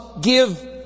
give